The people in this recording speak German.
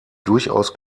durchaus